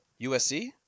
USC